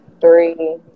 Three